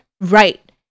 right